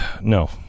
No